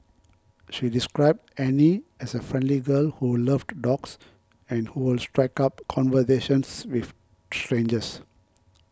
she described Annie as a friendly girl who loved dogs and who would strike up conversations with strangers